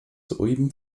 soeben